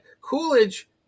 Coolidge